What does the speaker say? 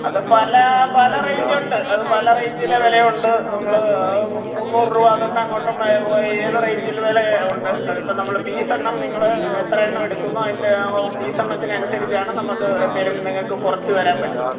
അതു പല പല റേഞ്ചുണ്ട് അതു പല റേഞ്ചിലെ വിലയുണ്ട് നമ്മൾ മുന്നൂറ് രൂപ തൊട്ടങ്ങോട്ട് ഏതു റേഞ്ചിൽ വില ഉണ്ട് അതിപ്പം നമ്മൾ പീസെണ്ണം നിങ്ങൾ എത്രയെണ്ണം എടുക്കുന്നു അതിന്റെ ആ പീസെണ്ണത്തിനനുസരിച്ചാണ് നമുക്ക് എന്തെങ്കിലും നിങ്ങൾക്ക് കുറച്ചു തരാന് പറ്റുന്നത്